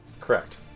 Correct